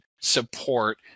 support